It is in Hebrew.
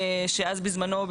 בזמנו,